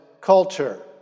culture